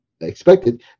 expected